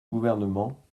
gouvernement